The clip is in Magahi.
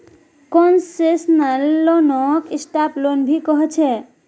कोन्सेसनल लोनक साफ्ट लोन भी कह छे